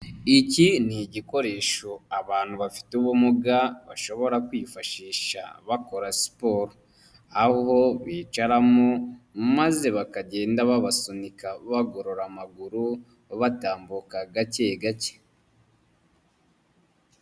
Iki ni igikoresho abantu bafite ubumuga bashobora kwifashisha bakora siporo, aho bicaramo maze bakagenda babasunika bagorora amaguru batambuka gake gake.